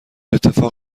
اتفاق